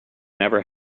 never